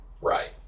Right